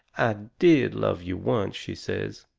i did love you once, she says,